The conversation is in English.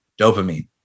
dopamine